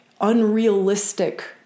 unrealistic